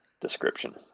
description